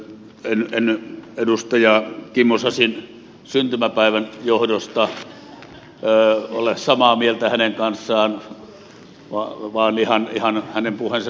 en edustaja kimmo sasin syntymäpäivän johdosta ole samaa mieltä hänen kanssaan vaan ihan hänen puheensa sisällöstä johtuen